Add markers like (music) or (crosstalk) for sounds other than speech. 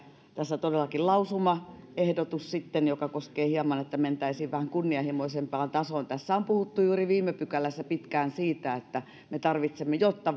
tässä todellakin lausumaehdotus joka koskee sitä että mentäisiin vähän kunnianhimoisempaan tasoon tässä on puhuttu juuri viime pykälässä pitkään siitä että jotta (unintelligible)